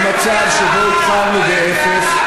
מהמצב שבו התחלנו באפס,